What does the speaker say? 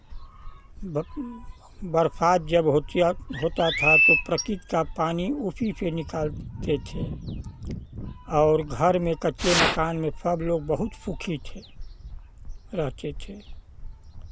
बरसात जब होती है होता था तो प्रकृति का पानी उसी से निकालते थे और घर में कच्चे मकान में सब लोग बहुत सुखी थे रहते थे